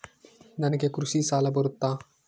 ನನಗೆ ಕೃಷಿ ಸಾಲ ಬರುತ್ತಾ?